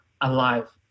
alive